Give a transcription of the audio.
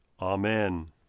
Amen